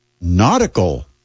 nautical